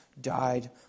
died